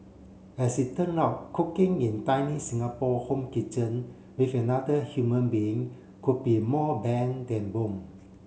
as it turn out cooking in tiny Singapore home kitchen with another human being could be more bane than boon